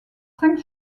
cinq